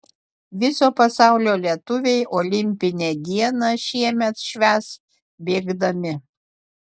viso pasaulio lietuviai olimpinę dieną šiemet švęs bėgdami